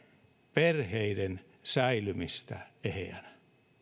perheiden säilymistä eheänä